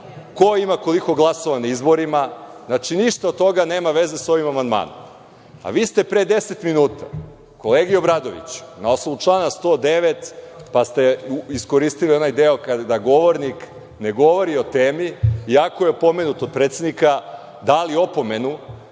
Ko ima koliko glasova na izborima. Znači, ništa od toga nema veze sa ovim amandmanom. Vi ste pre deset minuta kolegi Obradoviću na osnovu člana 109, pa ste iskoristili onaj deo kada govornik ne govori o temi, iako je opomenut od predsednika dali opomenu.